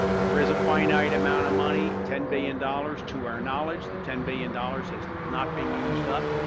there is a finite amount of money ten billion dollars, to our knowledge. the ten billion dollars has not been used up,